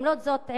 למרות זאת,